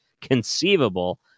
conceivable